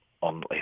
on